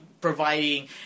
providing